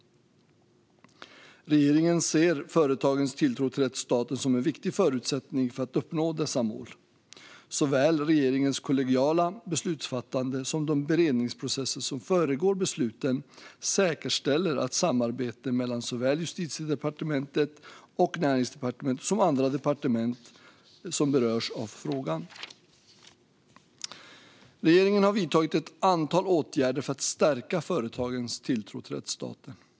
Regeringen ser företagens tilltro till rättsstaten som en viktig förutsättning för att uppnå dessa mål. Såväl regeringens kollegiala beslutsfattande som de beredningsprocesser som föregår besluten säkerställer ett samarbete mellan såväl Justitiedepartementet och Näringsdepartementet som andra departement som berörs av frågan. Regeringen har vidtagit ett antal åtgärder för att stärka företagens tilltro till rättsstaten.